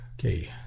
Okay